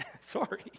Sorry